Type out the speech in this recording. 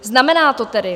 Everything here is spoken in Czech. Znamená to tedy...